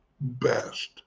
best